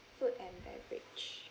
food and beverage